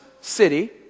city